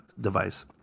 device